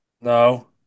No